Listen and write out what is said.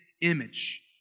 image